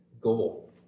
goal